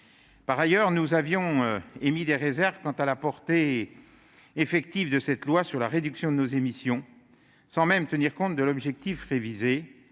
avions d'emblée émis des réserves quant à la portée effective de ce texte sur la réduction de nos émissions. Sans même tenir compte de l'objectif révisé,